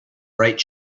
bright